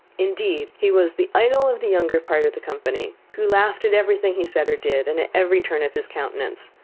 indeed, he was the idol of the younger part of the company, who laughed at everything he said or did, and at every turn of his countenance.